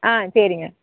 ஆ சரிங்க